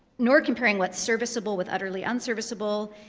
nor comparing what's serviceable with utterly unserviceable.